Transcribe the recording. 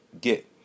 get